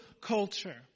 culture